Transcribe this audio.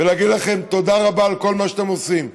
ולהגיד לכם תודה רבה על כל מה שאתם עושים.